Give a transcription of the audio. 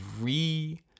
re